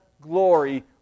glory